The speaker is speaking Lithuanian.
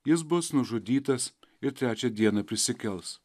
jis bus nužudytas ir trečią dieną prisikels